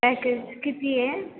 package किती आहे